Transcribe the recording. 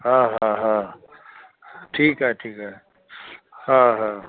हा हा हा ठीकु आहे ठीकु आहे हा हा